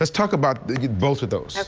let's talk about both of those.